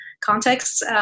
contexts